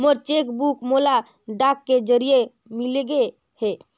मोर cheque book मोला डाक के जरिए मिलगे हे